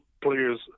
players